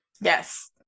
Yes